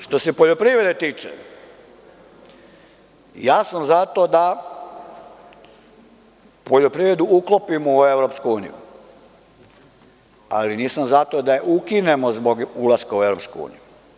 Što se poljoprivrede tiče, ja sam za to da poljoprivredu uklopimo u EU, ali nisam za to da je ukinemo zbog ulaska u EU.